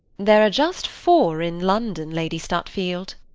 there are just four in london, lady stutfield.